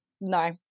no